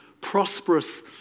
prosperous